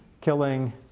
killing